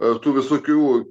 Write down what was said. tų visokių